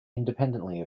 independently